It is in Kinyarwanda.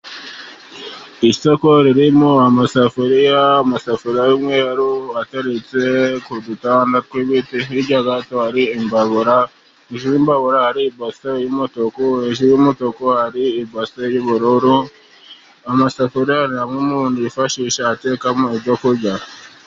Isoko ririmo amasafuriya; amasafuri y'umweru, ateretse kudutada twibiti, hirya gato hari imbabura, hejuru y'imbabura hari ibase y'umutuku, hejuru y'umutuku hari imbase y'ubururu. Amasafuriya nayo umuntu yifashisha atekamo ibyo kurya.